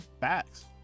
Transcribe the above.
Facts